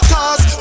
Cause